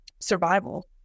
survival